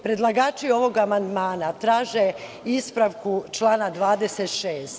Predlagači ovog amandmana traže ispravku člana 26.